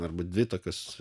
arba dvi tokios